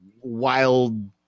wild